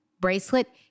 bracelet